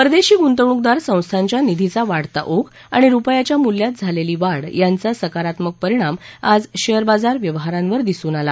परदेशी गुंतवणूकदार संस्थांच्या निधीचा वाढता ओघ आणि रुपयाच्या मूल्यात झालेली वाढ यांचा सकारात्मक परिणाम आज शेअर बाजार व्यवहारांवर दिसून आला